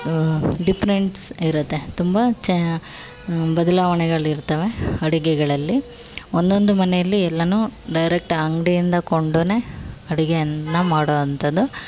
difference ಇರುತ್ತೆ ತುಂಬ ಚೇ ಬದಲಾವಣೆಗಳಿರ್ತವೆ ಅಡುಗೆಗಳಲ್ಲಿ ಒಂದೊಂದು ಮನೆಯಲ್ಲಿ ಎಲ್ಲವೂ ಡೈರೆಕ್ಟ್ ಅಂಗಡಿಯಿಂದ ಕೊಂಡು ಅಡುಗೆಯನ್ನು ಮಾಡೋ ಅಂಥದ್ದು